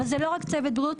אבל זה לא רק צוות בריאות,